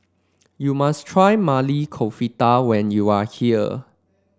you must try Maili Kofta when you are here